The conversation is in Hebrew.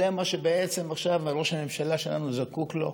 זה מה שעכשיו ראש הממשלה שלנו זקוק לו?